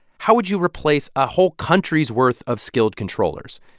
how would you replace a whole country's worth of skilled controllers?